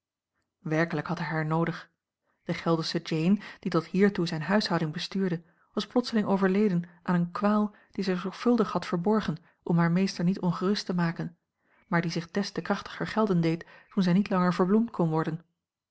werkelijk had hij haar noodig de geldersche jane die tot hiertoe zijne huishouding bestuurde was plotseling overleden aan eene kwaal die zij zorgvuldig had verborgen om haar meester niet ongerust te maken maar die zich des te krachtiger gelden deed toen zij niet langer verbloemd kon worden